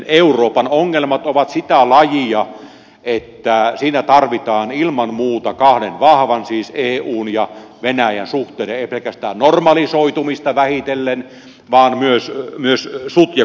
euroopan ongelmat ovat sitä lajia että siinä tarvitaan ilman muuta kahden vahvan siis eun ja venäjän suhteiden ei pelkästään normalisoitumista vähitellen vaan myös sutjakoitumista